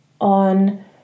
On